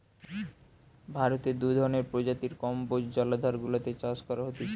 ভারতে দু ধরণের প্রজাতির কম্বোজ জলাধার গুলাতে চাষ করা হতিছে